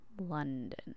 London